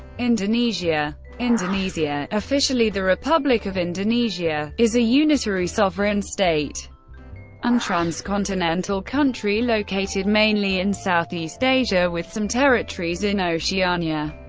indonesia indonesia, officially the republic of indonesia, is a unitary sovereign state and transcontinental country located mainly in southeast asia with some territories in oceania.